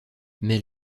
mais